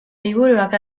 liburuak